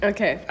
Okay